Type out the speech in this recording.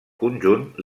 conjunt